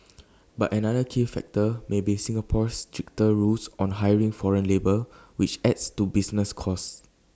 but another key factor may be Singapore's stricter rules on hiring foreign labour which adds to business costs